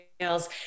sales